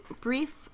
brief